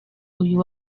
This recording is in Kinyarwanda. uyu